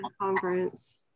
conference